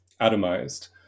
atomized